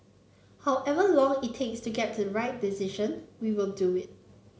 however long it takes to get the right decision we will do it